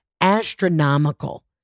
astronomical